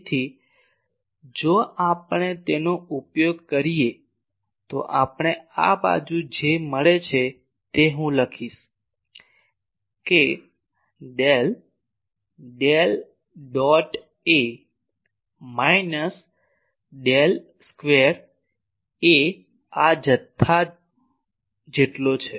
તેથી જો આપણે તેનો ઉપયોગ કરીએ તો આપણે આ બાજુ જે મળે છે તે હું લખીશ કે del del dot A minus del square A આ જથ્થા જેટલો છે